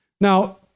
Now